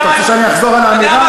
אתה רוצה שאני אחזור על האמירה?